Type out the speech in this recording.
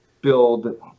build